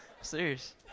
Serious